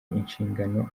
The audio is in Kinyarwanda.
inshingano